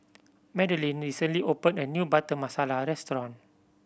Madeleine recently opened a new Butter Masala restaurant